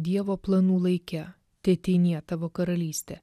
dievo planų laike teateinie tavo karalystė